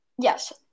Yes